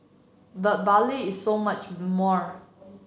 but Bali is so much more